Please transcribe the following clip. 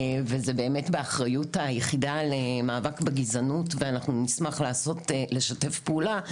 זה באמת באחריות היחידה למאבק בגזענות ואנחנו נשמח לשתף פעולה,